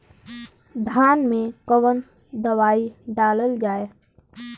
धान मे कवन दवाई डालल जाए?